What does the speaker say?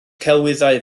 celwyddau